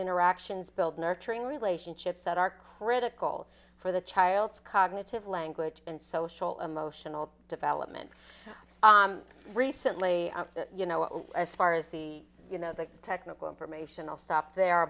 interactions build nurturing relationships that are critical for the child's cognitive language and social emotional development recently you know as far as the you know the technical information will stop there